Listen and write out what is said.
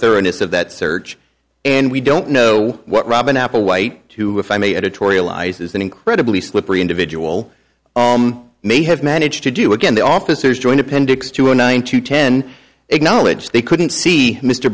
that search and we don't know what robin applewhite two if i may editorialize is an incredibly slippery individual may have managed to do again the officers joined appendix to a nine to ten acknowledge they couldn't see mr